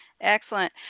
Excellent